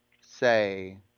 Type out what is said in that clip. say